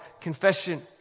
confession